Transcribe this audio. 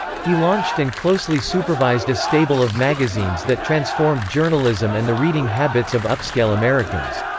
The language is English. he launched and closely supervised a stable of magazines that transformed journalism and the reading habits of upscale americans.